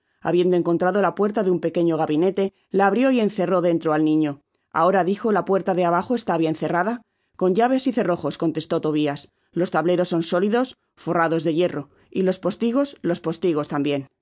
habiendo encontrado la puerta de un pequeño gabinete la abrió y encerró dentro al niño ahora dijo la puerta de abajo está bien cerrada con llave y cerrojos conlestó tobias los tableros son sólidos forrados de hierro y los postigos los postigos tambien